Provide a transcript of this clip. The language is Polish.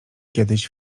kiedyś